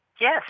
Yes